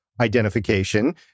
identification